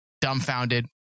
dumbfounded